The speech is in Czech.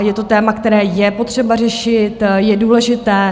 Je to téma, které je potřeba řešit, je důležité.